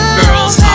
girls